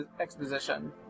exposition